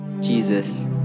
Jesus